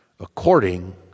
according